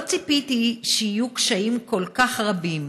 לא ציפיתי שיהיו קשיים כל כך רבים,